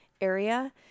area